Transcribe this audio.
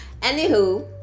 Anywho